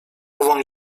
ową